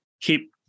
keep